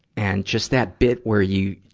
and just that bit where you,